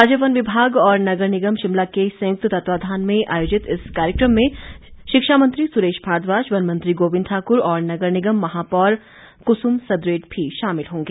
राज्य वन विभाग और नगर निगम शिमला के संयुक्त तत्वावधान में आयोजित इस कार्यक्रम में शिक्षामंत्री सुरेश भारद्वाज वन मंत्री गोविंद ठाकुर और नगर निगम शिमला की महापौर कुसुम सदरेट भी शामिल होंगे